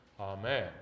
Amen